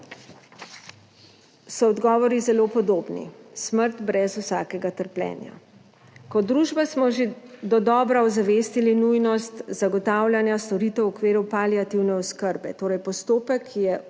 so odgovori zelo podobni – smrt brez vsakega trpljenja. Kot družba smo že dodobra ozavestili nujnost zagotavljanja storitev v okviru paliativne oskrbe, torej postopek, ki je usmerjen